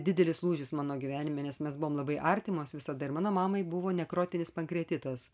didelis lūžis mano gyvenime nes mes buvom labai artimos visada ir mano mamai buvo nekrotinis pankreatitas